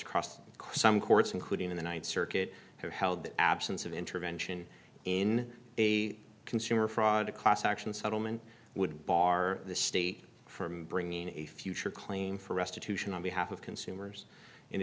crossed some courts including in the th circuit held the absence of intervention in a consumer fraud a class action settlement would bar the state from bringing a future claim for restitution on behalf of consumers in